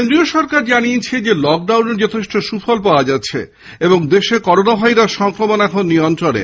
কেন্দ্রীয় সরকার জানিয়েছে লকডাউনের যথেষ্ট সুফল পাওয়া গেছে এবং দেশে করোনা ভাইরাস সংক্রমণ নিয়ন্ত্রণে